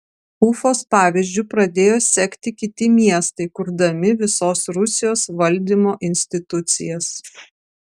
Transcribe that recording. ufos pavyzdžiu pradėjo sekti kiti miestai kurdami visos rusijos valdymo institucijas